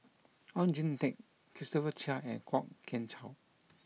Oon Jin Teik Christopher Chia and Kwok Kian Chow